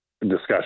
discussion